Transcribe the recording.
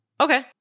okay